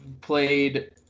played